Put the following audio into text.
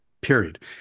period